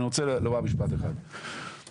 אתם